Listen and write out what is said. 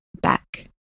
back